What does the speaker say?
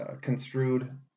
construed